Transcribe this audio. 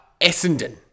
Essendon